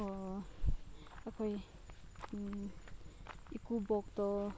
ꯑꯣ ꯑꯩꯈꯣꯏ ꯏꯀꯨꯕꯣꯛꯇꯣ